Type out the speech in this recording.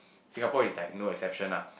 Singapore is like no exception lah